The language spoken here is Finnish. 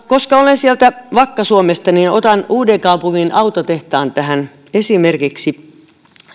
koska olen vakka suomesta niin otan uudenkaupungin autotehtaan tähän esimerkiksi